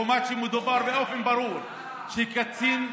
כשמדובר באופן ברור בקצין,